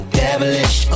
devilish